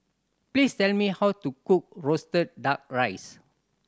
please tell me how to cook roasted Duck Rice